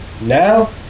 now